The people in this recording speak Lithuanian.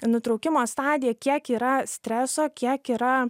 nutraukimo stadiją kiek yra streso kiek yra